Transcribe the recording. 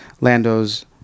Lando's